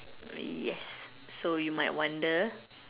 yes so you might wonder